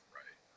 right